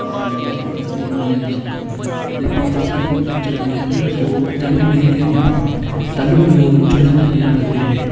ओह् पाइयै असेंगी होई जंदा नि ते फ्ही अस चबारे असें रसोऽ जंदू नेई ऐहियां तंदू बी लोक चु'ल्ला बनाइयै खंदे हे